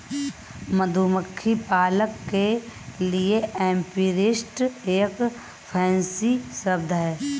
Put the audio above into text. मधुमक्खी पालक के लिए एपीरिस्ट एक फैंसी शब्द है